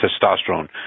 testosterone